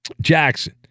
Jackson